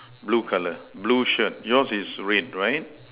blue color blue shirt yours is red right